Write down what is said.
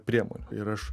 priemonių ir aš